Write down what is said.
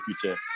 future